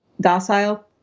docile